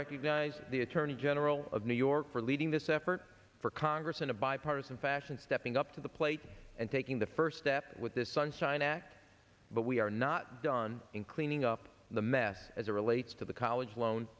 recognize the attorney general of new york for leading this effort for congress in a bipartisan fashion stepping up to the plate and taking the first step with this sunshine act but we are not done in cleaning up the mess as it relates to the college loan